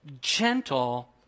gentle